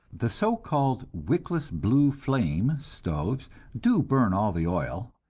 the so-called wickless blue flame stoves do burn all the oil,